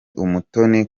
umutoni